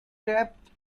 trapped